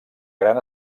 gran